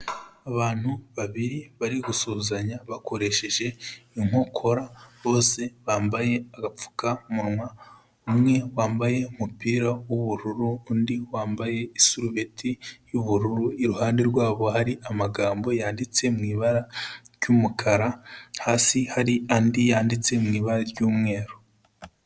Abantu babiri bari gusuhuzanya bakoresheje inkokora, bose bambaye agapfukamunwa, umwe wambaye umupira w'ubururu, undi wambaye isururubeti y'ubururu, iruhande rwabo hari amagambo yanditse mu ibara ry'umukara, hasi hari andi yanditse mu ibara ry'umweru.